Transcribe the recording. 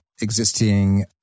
existing